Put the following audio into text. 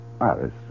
Iris